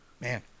man